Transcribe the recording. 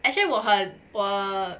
actually 我很我